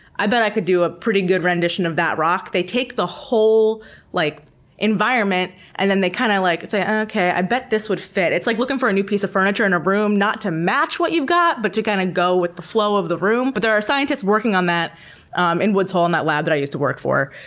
i bet i could do a pretty good rendition of that rock. they take the whole like environment and then they kind of like say, ah okay, i bet this would fit. it's like looking for a new piece of furniture in a room, not to match what you've got, but to kind of go with the flow of the room. but there are scientists working on that um in woods hole in that lab that i used to work for,